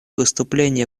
выступление